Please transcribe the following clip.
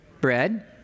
bread